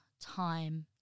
time